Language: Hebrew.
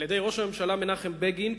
על-ידי ראש הממשלה מנחם בגין,